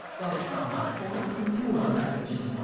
while hutton formed a new organization,